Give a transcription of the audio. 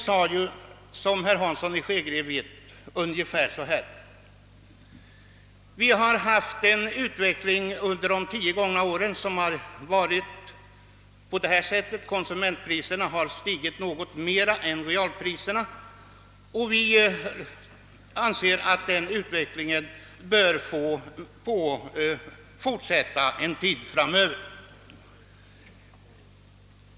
Men som herr Hansson vet, vad utredningen sade var ungefär detta, att vi under de gångna tio åren har haft en utveckling som medfört att konsumentpriserna stigit något mer än realpriserna och att den utvecklingen bör få fortsätta en tid framöver.